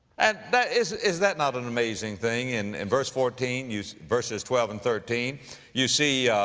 and that, is, is that not an amazing thing in, in verse fourteen you, verses twelve and thirteen you see, ah,